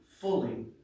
fully